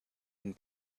and